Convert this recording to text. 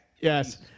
Yes